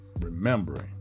remembering